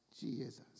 Jesus